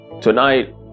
tonight